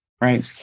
right